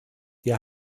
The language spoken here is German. wir